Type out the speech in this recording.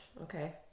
Okay